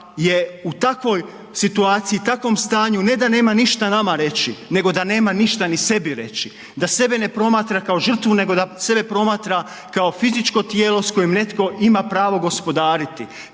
je u takvoj situaciji, takvom stanju, ne da nema ništa nama reći, nego da nema ništa ni sebi reći, da sebe ne promatra kao žrtvu, nego da sebe promatra kao fizičko tijelo s kojim netko ima pravo gospodariti,